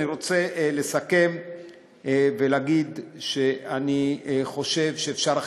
אני רוצה לסכם ולהגיד שאני חושב שאפשר אחרת,